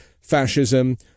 fascism